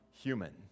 human